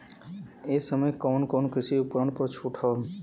ए समय कवन कवन कृषि उपकरण पर छूट ह?